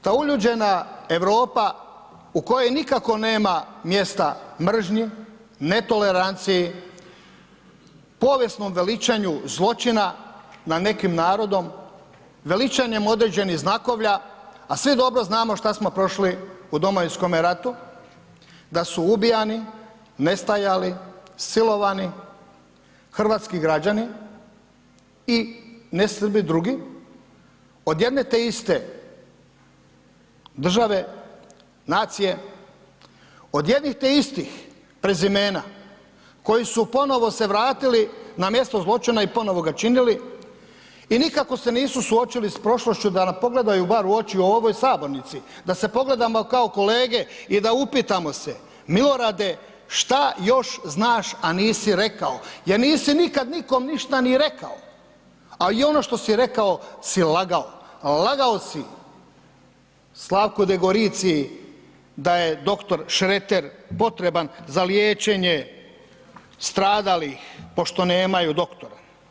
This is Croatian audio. Ta uljuđena Europa u kojoj nikako nema mjesta mržnji, netoleranciji, povijesnom veličanju zločina nad nekim narodom, veličanjem određenih znakovlja, a svi dobro znamo šta smo prošli u Domovinskome ratu, da su ubijani, nestajali, silovani hrvatski građani i nesrbi drugi od jedne te iste države, nacije, od jednih te istih prezimena koji su ponovo se vratili na mjesto zločina i ponovo ga činili, i nikako se nisu suočili s prošlošću da nam pogledaju bar u oči u ovoj Sabornici, da se pogledamo kao kolege i da upitamo se Milorade šta još znaš, a nisi rekao jer nisi nikad nikom ništa ni rekao, a i ono što si rekao si lagao, a lagao si Slavku Degoriciji da je doktor Šreter potreban za liječenje stradalih pošto nemaju doktora.